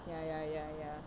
ya ya ya ya